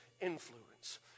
influence